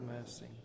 mercy